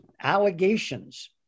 allegations